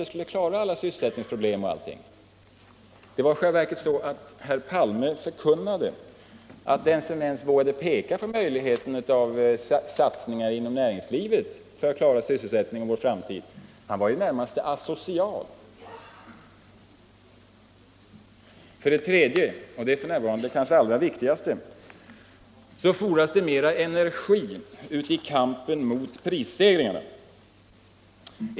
Den som vågade tala om möjligheterna att öka sysselsättning och investeringar i industrin förklarades vara i det närmaste asocial. För det tredje — och det f. n. kanske allra viktigaste — fordras det mera energi i kampen mot prisstegringarna.